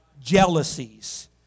jealousies